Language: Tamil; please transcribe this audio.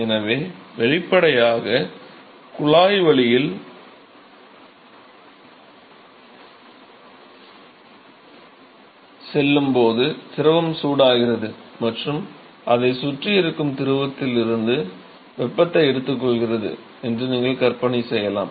எனவே வெளிப்படையாக குழாய் வழியாக செல்லும் போது திரவம் சூடாகிறது மற்றும் அதை சுற்றி இருக்கும் திரவத்தில் இருந்து வெப்பத்தை எடுத்துக் கொள்கிறது என்று நீங்கள் கற்பனை செய்யலாம்